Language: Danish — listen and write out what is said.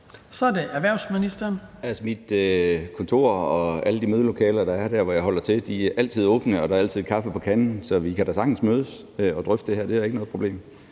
mit kontor og alle de mødelokaler, der er der, hvor jeg holder til, er altid åbne, og der er altid kaffe på kanden, så vi kan da sagtens mødes og drøfte det her. Det er ikke noget problem;